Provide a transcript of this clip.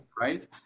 right